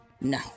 No